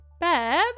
Babe